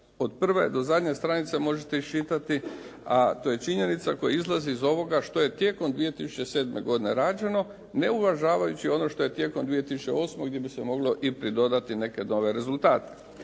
od prve do zadnje stranice možete iščitati, a to je činjenica koja izlazi iz ovoga što je tijekom 2007. godine rađeno ne uvažavajući ono što je 2008. gdje bi se mogli pridodati i neke nove rezultate.